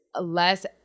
less